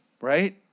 Right